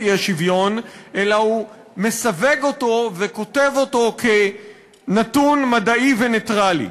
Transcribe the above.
האי-שוויון אלא הוא מסווג אותו וכותב אותו כנתון מדעי ונייטרלי.